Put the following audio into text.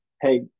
Hey